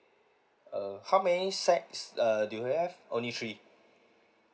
uh how many sides err do you have only three